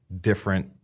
different